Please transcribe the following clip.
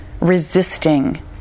resisting